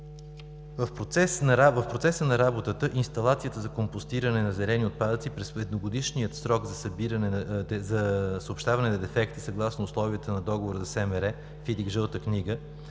В процеса на работата инсталацията за компостиране на зелени отпадъци през средногодишния срок за съобщаване на дефекти, съгласно условията на договора за СМР – ФИДИК-Жълта книга,